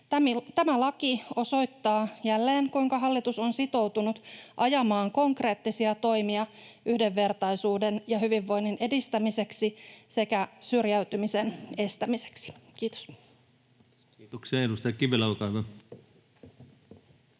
Tämä laki osoittaa jälleen, kuinka hallitus on sitoutunut ajamaan konkreettisia toimia yhdenvertaisuuden ja hyvinvoinnin edistämiseksi sekä syrjäytymisen estämiseksi. — Kiitos. [Speech 66] Speaker: